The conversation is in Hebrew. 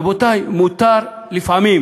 רבותי, מותר לפעמים,